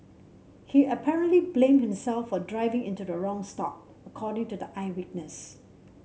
he apparently blamed himself for driving into the wrong stop according to the eyewitness